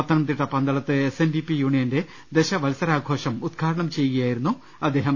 പത്തനംതിട്ട പന്തളത്ത് S N D P യൂണിയന്റെ ദശവത്സ രാഘോഷം ഉദ്ഘാടനം ചെയ്യുകയായിരുന്നു അദ്ദേഹം